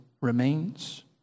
remains